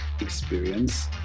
experience